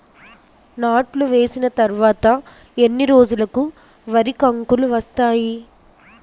నాట్లు వేసిన తర్వాత ఎన్ని రోజులకు వరి కంకులు వస్తాయి?